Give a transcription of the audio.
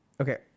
Okay